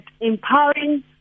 empowering